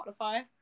Spotify